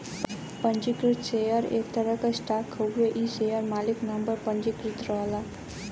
पंजीकृत शेयर एक तरह क स्टॉक हउवे इ शेयर मालिक नाम पर पंजीकृत रहला